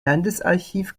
landesarchiv